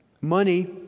Money